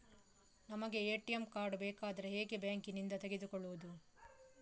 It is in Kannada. ನಮಗೆ ಎ.ಟಿ.ಎಂ ಕಾರ್ಡ್ ಬೇಕಾದ್ರೆ ಹೇಗೆ ಬ್ಯಾಂಕ್ ನಿಂದ ತೆಗೆದುಕೊಳ್ಳುವುದು?